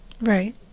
right